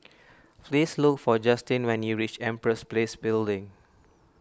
please look for Justin when you reach Empress Place Building